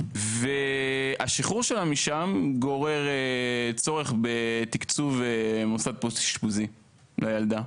והשחרור שלה משם גורר צורך בתקצוב מוסד פוסט אשפוזי לילדה.